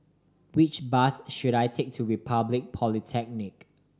which bus should I take to Republic Polytechnic